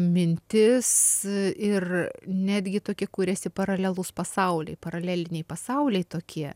mintis ir netgi tokį kuriasi paralelūs pasauliai paraleliniai pasauliai tokie